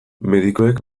medikuek